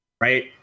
right